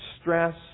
stress